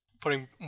putting